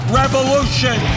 revolution